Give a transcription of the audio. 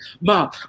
Mom